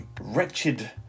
wretched